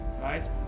right